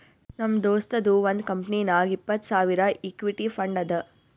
ನಮ್ ದೋಸ್ತದು ಒಂದ್ ಕಂಪನಿನಾಗ್ ಇಪ್ಪತ್ತ್ ಸಾವಿರ್ ಇಕ್ವಿಟಿ ಫಂಡ್ ಅದಾ